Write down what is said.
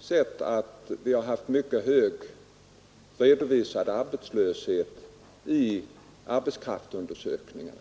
har vi haft hög redovisad arbetslöshet i arbetskraftsundersökningarna.